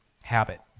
habit